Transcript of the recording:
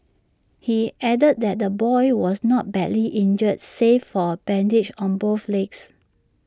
he added that the boy was not badly injured save for bandages on both legs